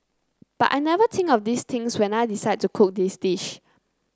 but I never think of these things when I decide to cook this dish